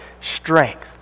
strength